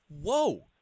whoa